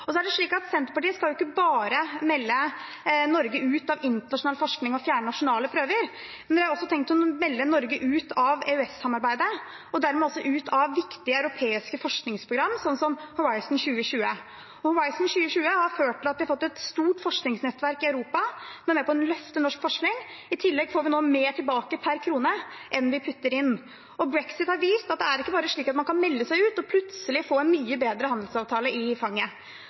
Så er det slik at Senterpartiet ikke bare skal melde Norge ut av internasjonal forskning og fjerne nasjonale prøver, men de har også tenkt å melde Norge ut av EØS-samarbeidet og dermed også ut av viktige europeiske forskningsprogram som Horizon 2020. Horizon 2020 har ført til at vi har fått et stort forskningsnettverk i Europa som er med på å løfte norsk forskning. I tillegg får vi nå mer tilbake per krone enn vi putter inn. Brexit har vist at det ikke er slik at man bare kan melde seg ut og plutselig få en mye bedre handelsavtale i fanget.